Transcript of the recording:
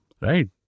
right